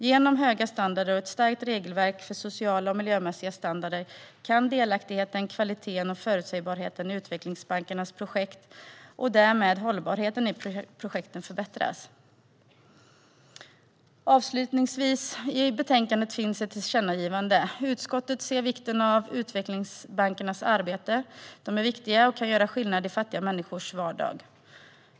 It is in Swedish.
Genom höga standarder och ett starkt regelverk för sociala och miljömässiga standarder kan delaktigheten, kvaliteten och förutsägbarheten i utvecklingsbankernas projekt och därmed hållbarheten i projekten förbättras. Avslutningsvis finns det ett tillkännagivande i betänkandet. Utskottet ser vikten av utvecklingsbankernas arbete. De är viktiga och kan göra skillnad i fattiga människors vardag.